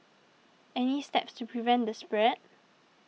any steps to prevent the spread